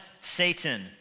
Satan